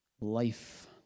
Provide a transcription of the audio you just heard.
Life